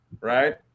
right